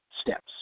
steps